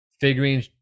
figuring